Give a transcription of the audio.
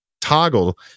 toggle